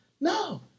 No